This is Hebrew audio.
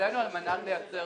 על מנת לייצר